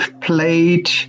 played